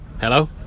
Hello